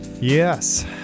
Yes